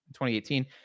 2018